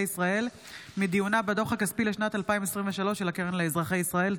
ישראל מדיונה בדוח הכספי לשנת 2023 של הקרן לאזרחי ישראל.